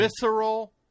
visceral